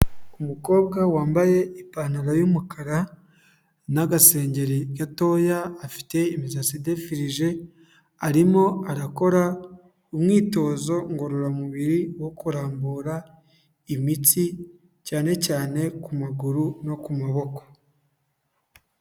Umukobwa wambaye ipantaro y'umukara n'agasengeri gatoya, afite imisatsi idefirige, arimo arakora umwitozo ngororamubiri wo kurambura imitsi, cyane cyane ku maguru no ku maboko.